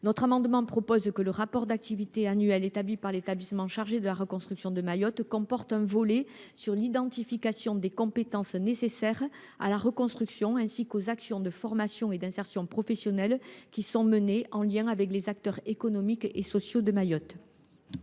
cet amendement, nous proposons donc que le rapport d’activité annuel établi par l’établissement chargé de la reconstruction de Mayotte comporte un volet consacré à l’identification des compétences nécessaires à la reconstruction, ainsi qu’aux actions de formation et d’insertion professionnelle menées en lien avec les acteurs économiques et sociaux du territoire.